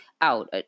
out